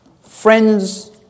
Friends